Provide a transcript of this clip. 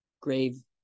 grave